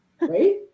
right